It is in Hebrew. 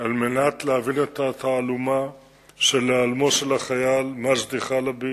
על מנת להבין את התעלומה של היעלמו של החייל מג'די חלבי,